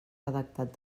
redactat